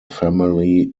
family